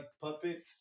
puppets